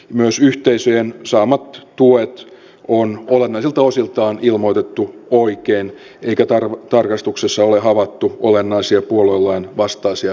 myös yhteisöjen saamat tuet on olennaisilta osiltaan ilmoitettu oikein eikä tarkastuksessa ole havaittu olennaisia puoluelain vastaisia tukisuorituksia